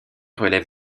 relève